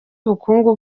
ubukungu